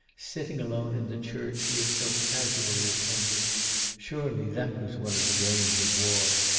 sitting alone in the church she had so casually attended surely that was one of the gains of war.